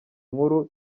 nkuru